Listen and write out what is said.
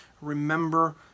remember